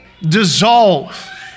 dissolve